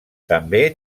també